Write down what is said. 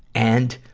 and,